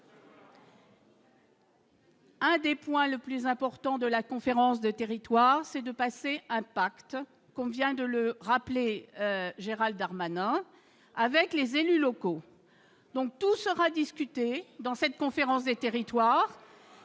Un des points le plus important de la conférence de territoires, c'est de passer un pacte comme vient de le rappeler, Gérald Harman avec les élus locaux, donc tout sera discuté dans cette conférence des territoires